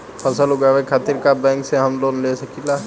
फसल उगावे खतिर का बैंक से हम लोन ले सकीला?